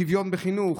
שוויון בחינוך,